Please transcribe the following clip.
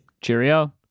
Cheerio